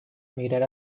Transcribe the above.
emigrar